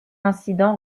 incident